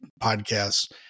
podcasts